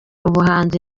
ubuhanzi